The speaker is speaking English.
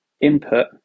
input